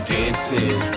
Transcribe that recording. dancing